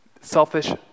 selfish